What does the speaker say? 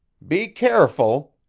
be careful,